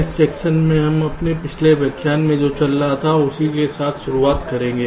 इस सेक्शन में हम अपने पिछले व्याख्यान में जो चल रहा था उसी के साथ शुरुआत करेंगे